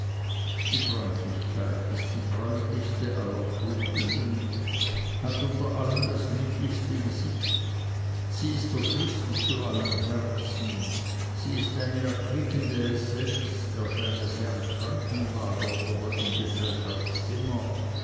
die freundlichkeit ist die freundlichste aller tugenden hat unter allen das lieblichste gesicht sie ist der schlüssel zu allen herzen sie ist eine erquickende essenz erscheine sie am krankenlager oder im